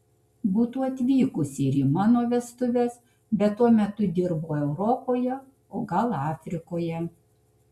būtų atvykusi ir į mano vestuves bet tuo metu dirbo europoje o gal afrikoje